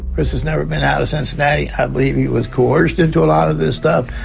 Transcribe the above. chris has never been out of cincinnati. i i believe he was coerced into a lot of this stuff.